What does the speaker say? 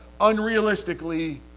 unrealistically